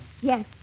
Yes